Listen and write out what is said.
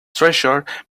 treasure